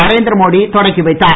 நரேந்திரமோடி தொடக்கி வைத்தார்